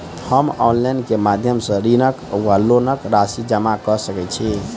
हम ऑनलाइन केँ माध्यम सँ ऋणक वा लोनक राशि जमा कऽ सकैत छी?